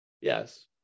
yes